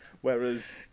Whereas